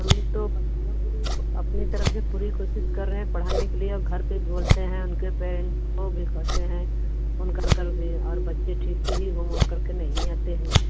हम तो बच्चों के लिए अपनी तरफ़ से पूरी कोशिश कर रहे हैं पढ़ाने के लिए और घर पर बोलते हैं उनके पैरेंट्स को भी कहते हैं फोन कर करके और बच्चे ठीक से भी होमवर्क करके नहीं आते हैं